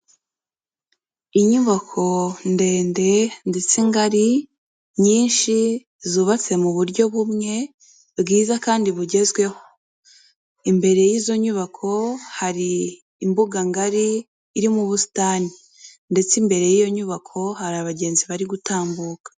Inyubako ndende ndetse ngari nyinshi zubatse mu buryo bumwe bwiza kandi bugezweho, imbere y'izo nyubako hari imbuganga ngari irimo ubusitani ndetse imbere y'iyo nyubako hari abagenzi bari gutambuka.